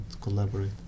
collaborate